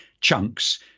chunks